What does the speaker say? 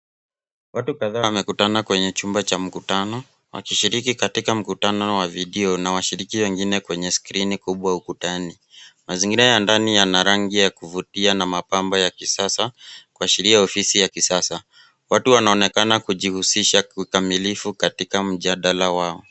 Watu kadhaa wamekutana kwenye chumba cha mkutano wakishiriki katika mkutano wa video na washiriki wengine kwenye skrini kubwa ukutani . Mazingira ya ndani yana rangi ya kuvutia na mapambo ya kisasa kuashiria ofisi ya kisasa. Watu wanaonekana kujihusisha kikamilifu katika mjadala wao.